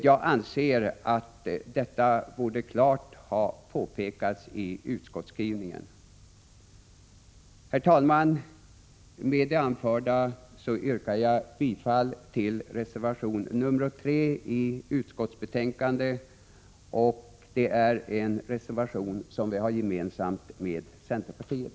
Jag anser att detta tydligt borde ha påpekats i utskottsskrivningen. Herr talman! Med det anförda yrkar jag bifall till reservation nr 3 i utskottsbetänkandet, och det är en reservation som vi har gemensam med centerpartiet.